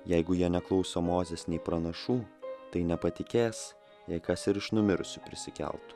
jeigu jie neklauso mozės nei pranašų tai nepatikės jei kas ir iš numirusių prisikeltų